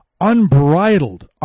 unbridled